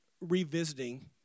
revisiting